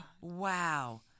Wow